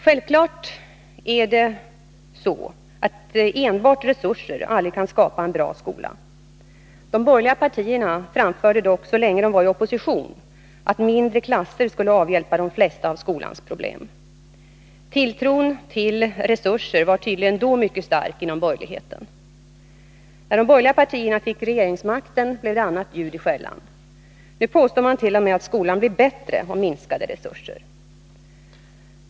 Självfallet är det så att enbart resurser aldrig kan skapa en bra skola. De borgerliga partierna framförde dock så länge de var i opposition att mindre klasser skulle avhjälpa de flesta av skolans problem. Tilltron till resurser var tydligen då mycket stark inom borgerligheten. När de borgerliga partierna fick regeringsmakten blev det annat ljud i skällan. Nu påstår man t.o.m. att skolan blir bättre av minskade resurser.